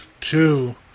two